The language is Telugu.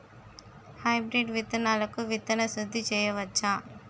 హైబ్రిడ్ విత్తనాలకు విత్తన శుద్ది చేయవచ్చ?